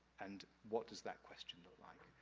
and what does that question look like?